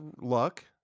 luck